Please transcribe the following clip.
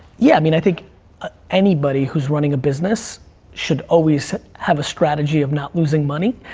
yeah, i mean, i think anybody who's running a business should always have a strategy of not losing money,